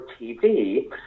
TV